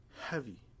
heavy